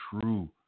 true